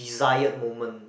desired moment